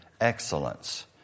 excellence